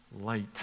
light